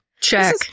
check